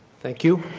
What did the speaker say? thank you.